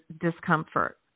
discomfort